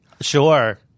Sure